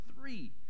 three